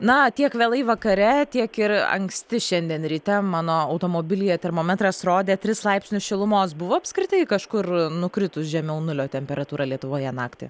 na tiek vėlai vakare tiek ir anksti šiandien ryte mano automobilyje termometras rodė tris laipsnius šilumos buvo apskritai kažkur nukritus žemiau nulio temperatūra lietuvoje naktį